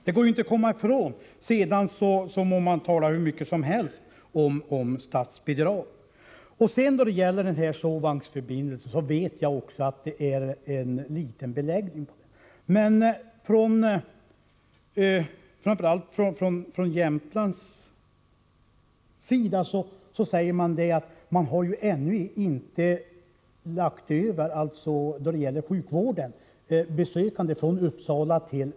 Det går inte att komma ifrån — sedan må man tala hur mycket som helst om statsbidrag. Beträffande sovvagnsförbindelsen vet också jag att beläggningen är liten. Men framför allt från Jämtlands län säger man att man då det gäller sjukvården ännu inte har lagt över besöken från Uppsala till Umeå.